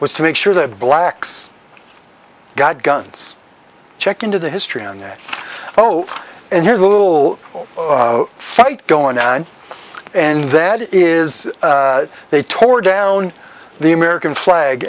was to make sure that blacks got guns check into the history and that oh and here's a little fight going on and that is they tore down the american flag